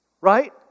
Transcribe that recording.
right